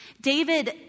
David